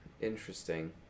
Interesting